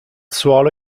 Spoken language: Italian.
suolo